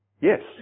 Yes